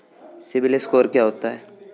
CIBIL score क्या होता है?